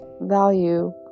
value